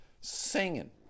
Singing